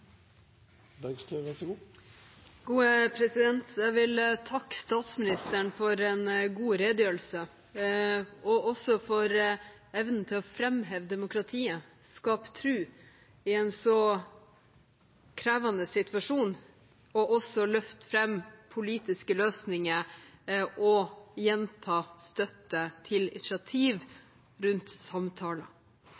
Jeg vil takke statsministeren for en god redegjørelse, for evnen til å framheve demokratiet og skape tro i en så krevende situasjon, og også for å løfte fram politiske løsninger og gjenta støtte til initiativ